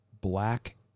black